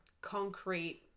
concrete